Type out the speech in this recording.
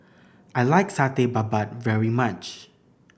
I like Satay Babat very much